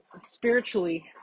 spiritually